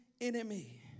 enemy